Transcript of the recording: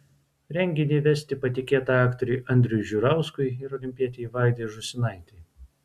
renginį vesti patikėta aktoriui andriui žiurauskui ir olimpietei vaidai žūsinaitei